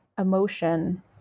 emotion